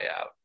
out